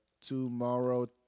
tomorrow